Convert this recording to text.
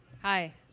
Hi